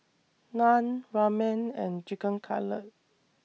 Naan Ramen and Chicken Cutlet